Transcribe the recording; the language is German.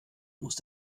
muss